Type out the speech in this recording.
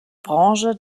branche